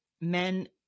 men